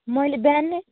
मैले बिहान नै